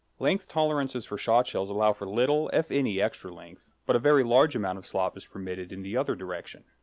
length tolerances for shotshells allow for little if any extra length, but a very large amount of slop is permitted in the other direction.